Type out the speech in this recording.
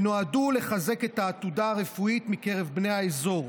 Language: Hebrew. שנועדו לחזק את העתודה הרפואית מקרב בני האזור.